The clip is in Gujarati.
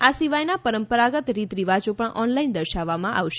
આ સિવાયના પરંપરાગત રીત રિવાજો પણ ઓનલાઇન બતાવવામાં આવશે